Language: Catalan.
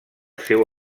seu